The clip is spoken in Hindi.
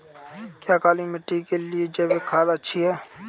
क्या काली मिट्टी के लिए जैविक खाद अच्छी है?